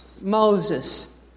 Moses